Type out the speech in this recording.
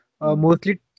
Mostly